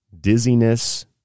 dizziness